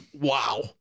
Wow